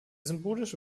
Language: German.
symbolische